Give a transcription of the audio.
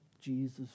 Jesus